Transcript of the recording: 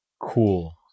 cool